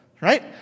Right